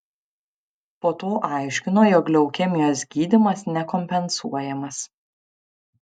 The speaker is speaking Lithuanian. po to aiškino jog leukemijos gydymas nekompensuojamas